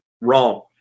wrong